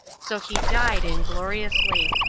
so he died ingloriously.